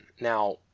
Now